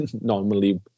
normally